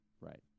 Right